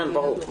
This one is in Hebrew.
כן, ברור.